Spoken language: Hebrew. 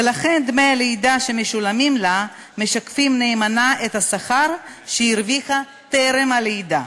ולכן דמי הלידה שמשולמים לה משקפים נאמנה את השכר שהרוויחה טרם הלידה.